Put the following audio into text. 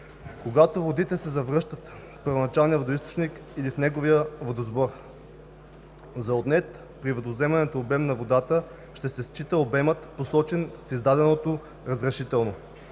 когато водите се връщат в първоначалния водоизточник или в неговия водосбор. За отнет при водовземането обем на водата ще се счита обемът, посочен в издаденото разрешително.